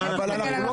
למה לא